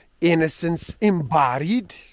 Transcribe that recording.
innocence-embodied